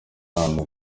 baza